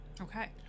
Okay